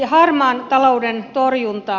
harmaan talouden torjunta